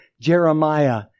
Jeremiah